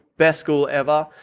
best school ever.